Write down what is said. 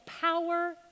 power